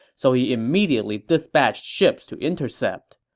so he immediately dispatched ships to intercept.